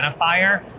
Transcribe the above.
identifier